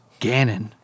Ganon